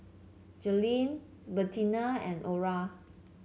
Joleen Bertina and Orra